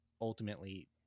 ultimately